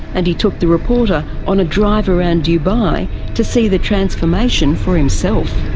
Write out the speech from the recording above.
and he took the reporter on a drive around dubai to see the transformation for himself.